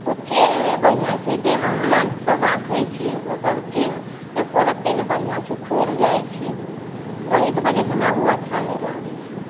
ओ chain नहि बढ़िआँ छै जाहिमे हम लंच सब राखै छिए ओ सब चेन एकोरती नहि बढ़िआँ छै खुलि जाइ छै ओहिके वजहसँ हमरा ओ अच्छा नहि लागै छै